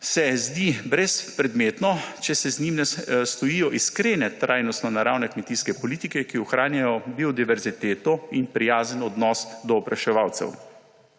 se zdi brezpredmetno, če za njim ne stojijo iskrene trajnostno naravne kmetijske politike, ki ohranjano biodiverziteto in prijazen odnos do opraševalcev.